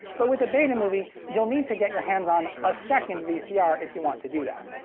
but with a betamovie, you'll need to get your hands on a second vcr if you want to do that.